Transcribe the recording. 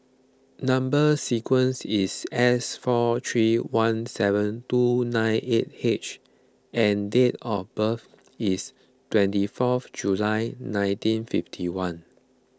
Number Sequence is S four three one seven two nine eight H and date of birth is twenty fourth July nineteen fifty one